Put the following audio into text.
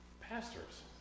Pastors